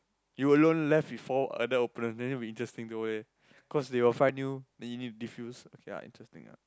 you alone left with four other opponent then it will be interesting no leh cause they will find new then you need disfuse ya interesting ah